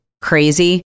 crazy